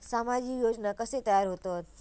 सामाजिक योजना कसे तयार होतत?